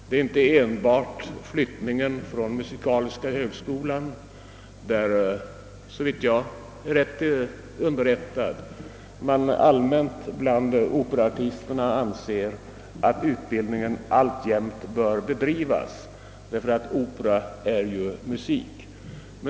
Det är inte enbart flyttningen från musikaliska högskolan, där, såvitt jag är riktigt underrättad, operaartisterna allmänt anser att utbildningen alltjämt bör bedrivas därför att opera ju är musik.